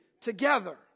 together